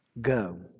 Go